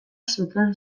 zuten